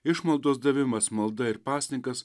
išmaldos davimas malda ir pasninkas